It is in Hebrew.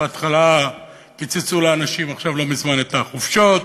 בהתחלה קיצצו לאנשים, עכשיו, לא מזמן, את החופשות,